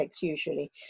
usually